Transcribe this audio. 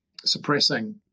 suppressing